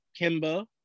Kimba